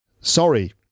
Sorry